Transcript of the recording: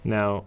Now